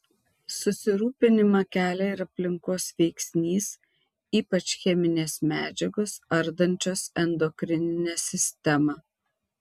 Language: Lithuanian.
susirūpinimą kelia ir aplinkos veiksnys ypač cheminės medžiagos ardančios endokrininę sistemą